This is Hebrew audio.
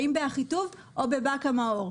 האם באחיטוב או בבאקה-מאור.